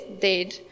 dead